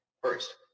First